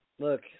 Look